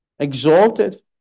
exalted